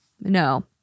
No